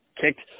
kicked